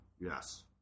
Yes